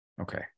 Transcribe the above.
Okay